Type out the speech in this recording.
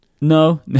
No